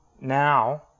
Now